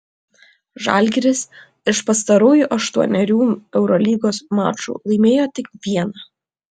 žalgiris iš pastarųjų aštuonerių eurolygos mačų laimėjo tik vieną